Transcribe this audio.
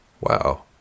Wow